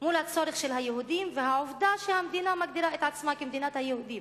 מול הצורך של היהודים והעובדה שהמדינה מגדירה את עצמה כמדינת היהודים.